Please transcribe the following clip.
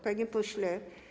Panie Pośle!